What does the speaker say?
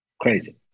Crazy